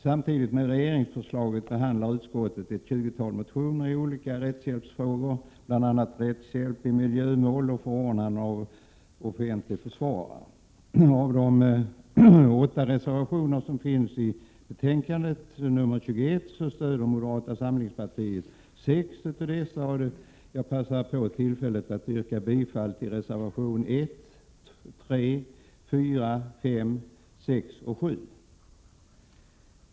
Samtidigt med regeringsförslaget behandlar utskottet ett tjugotal motioner i olika rättshjälpsfrågor, bl.a. rättshjälp i miljömål och förordnandet av offentlig försvarare. Av de åtta reservationer som finns i betänkande nr 21 stöder moderata samlingspar tiet sex, och jag passar på tillfället att yrka bifall till reservationerna 1,3, 4,5, 6 och 7.